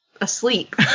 asleep